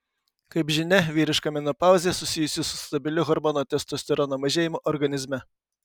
kaip žinia vyriška menopauzę susijusi su stabiliu hormono testosterono mažėjimu organizme